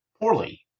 poorly